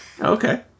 Okay